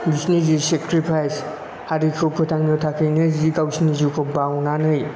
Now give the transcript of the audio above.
बिसिनि जि सेख्रिफायस हारिखौ फोथांनो थाखायनो गावसिनि जिउखौ बावनानै